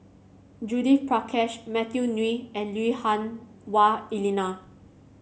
Judith Prakash Matthew Ngui and Lui Hah Wah Elena